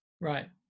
Right